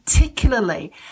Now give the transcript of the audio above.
Particularly